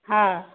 हँ